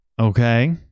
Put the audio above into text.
okay